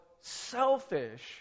selfish